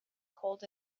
cold